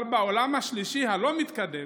אבל בעולם השלישי, הלא-מתקדם,